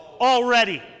already